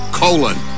colon